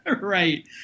Right